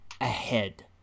ahead